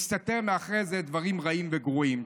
מסתתרים מאחורי זה דברים רעים וגרועים.